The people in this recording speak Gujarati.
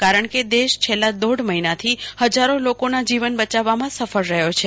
કારણ કે દેશ છેલ્લા દોઢ મહિનાથી હજારો લોકોના જીવન બચાવવામા સફળ રહ્યા છે